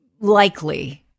likely